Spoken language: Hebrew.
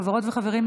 חברות וחברים,